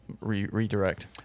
redirect